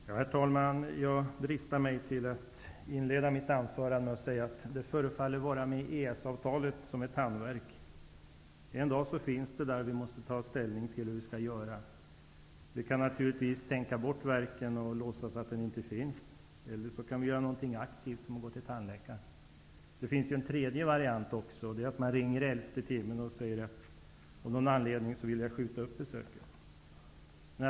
Herr talman! Jag dristar mig till att inleda mitt anförande med att säga att det förefaller att vara med EES-avtalet som med tandvärk. En dag så finns det där, och vi måste ta ställning till hur vi skall göra. Vi kan naturligtvis tänka bort värken och låtsas att den inte finns eller göra något aktivt, som att gå till tandläkaren. Det finns även en tredje variant, nämligen att i elfte timmen ringa och säga att man av någon anledning vill skjuta upp besöket.